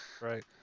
Right